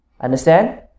understand